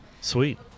sweet